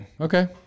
Okay